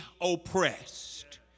oppressed